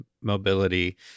mobility